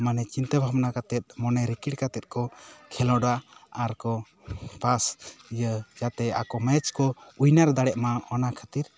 ᱢᱟᱱᱮ ᱪᱤᱱᱛᱟᱹ ᱵᱷᱟᱵᱱᱟ ᱠᱟᱛᱮᱫ ᱢᱟᱱᱮ ᱨᱤᱠᱤᱲ ᱠᱟᱛᱮᱫ ᱠᱚ ᱠᱷᱮᱞᱳᱰᱟ ᱟᱨ ᱠᱚ ᱯᱟᱥ ᱤᱭᱟᱹ ᱡᱟᱛᱮ ᱟᱠᱚ ᱢᱮᱪ ᱠᱚ ᱩᱭᱱᱟᱨ ᱫᱟᱲᱮᱜ ᱢᱟ ᱚᱱᱟ ᱠᱷᱟᱹᱛᱤᱨ